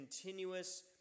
continuous